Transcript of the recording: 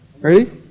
Ready